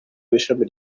w’ishami